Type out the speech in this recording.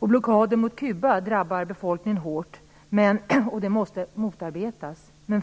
Blockader mot Kuba drabbar befolkningen hårt och måste motarbetas.